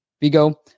Vigo